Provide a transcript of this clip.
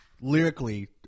lyrically